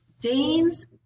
Danes